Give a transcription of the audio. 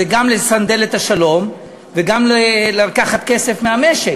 מכיוון שזה גם לסנדל את השלום וגם לקחת כסף מהמשק,